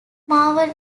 marvel